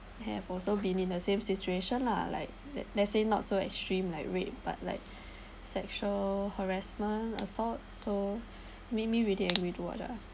have also been in the same situation lah like that let's say not so extreme like rape but like sexual harassment assault so made me really angry to watch lah